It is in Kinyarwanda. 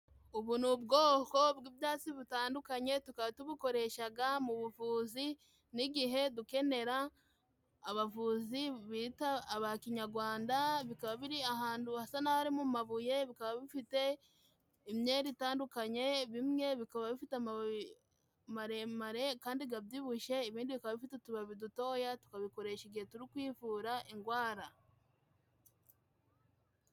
Ubu ni ubwoko bw'ibyatsi butandukanye tukaba tubukoreshaga mu buvuzi n'igihe dukenera abavuzi bita aba kinyarwanda bikaba biri ahantu hasa nahari mu mabuye bikaba bifite imyenda itandukanye bimwe bikaba bifite amababi maremare kandi gabyibushye ibindi bikaba bifite utubabi dutoya tukabikoresha igihe turi kwivura ingwara.